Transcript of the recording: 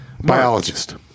biologist